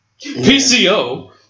PCO